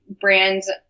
brands